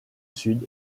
sud